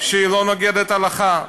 שלא נוגדת את ההלכה.